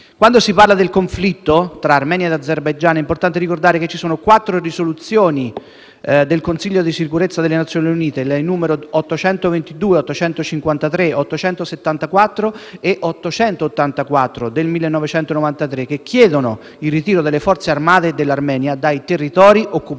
Quando si parla del conflitto tra Armenia e Azerbaijan è importante ricordare che ci sono quattro risoluzioni del Consiglio di sicurezza delle Nazioni Unite (nn. 822, 853, 874 e 884 del 1993), che chiedono il ritiro delle forze armate dell'Armenia dai territori occupati